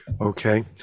okay